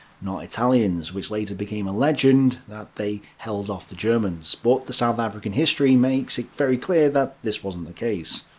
not italians, which later became a legend that they held off the germans. but the south african history makes it clear that this wasn't the case.